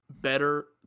better